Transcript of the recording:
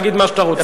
להגיד מה שאתה רוצה.